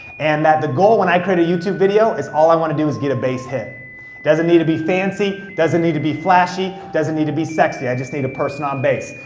and that the goal when i create a youtube video is all i wanna do is get a base hit. it doesn't need to be fancy, doesn't need to be flashy, doesn't need to be sexy, i just need a person on base.